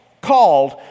Called